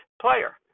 player